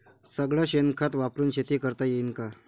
सगळं शेन खत वापरुन शेती करता येईन का?